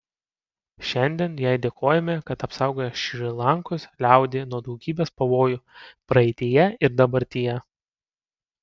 šiandien jai dėkojame kad apsaugojo šri lankos liaudį nuo daugybės pavojų praeityje ir dabartyje